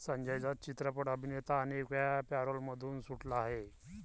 संजय दत्त चित्रपट अभिनेता अनेकवेळा पॅरोलमधून सुटला आहे